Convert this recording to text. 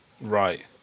Right